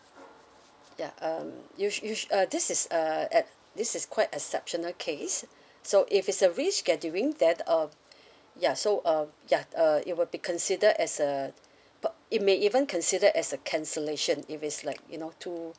yeah um usu~ usu~ uh this is a ex~ this is quite exceptional case so if it's a rescheduling that um yeah so um yeah uh it will be considered as a uh it may even considered as a cancellation if it's like you know too